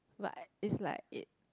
but it's like it